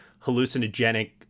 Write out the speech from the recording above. hallucinogenic